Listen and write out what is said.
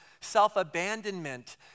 self-abandonment